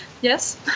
Yes